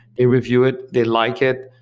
they review it, they like it,